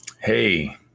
Hey